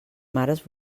mares